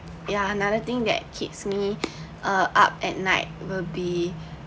ya another thing that keeps me uh up at night will be